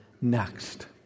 next